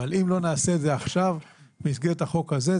אם לא נעשה את זה עכשיו במסגרת החוק הזה,